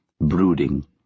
brooding